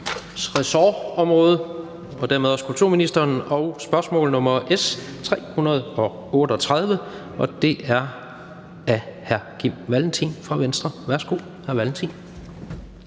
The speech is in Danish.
ressort og dermed også kulturministeren og spørgsmål nr. S 338, og det er stillet af hr. Kim Valentin fra Venstre. Kl.